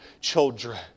children